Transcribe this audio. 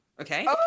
Okay